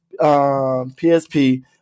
PSP